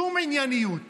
שום ענייניות.